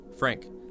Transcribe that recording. Frank